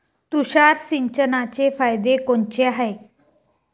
तुषार सिंचनाचे फायदे कोनचे हाये?